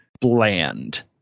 bland